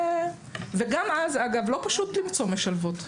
לא פשוט למצוא משלבות.